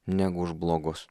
negu už blogus